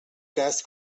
cas